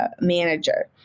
manager